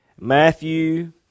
Matthew